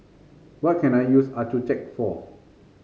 what can I use Accucheck for